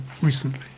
recently